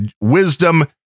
wisdom